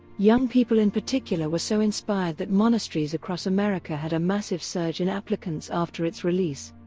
young people in particular were so inspired that monasteries across america had a massive surge in applicants after its release.